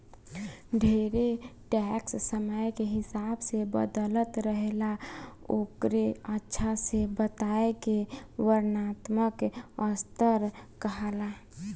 ढेरे टैक्स समय के हिसाब से बदलत रहेला ओकरे अच्छा से बताए के वर्णात्मक स्तर कहाला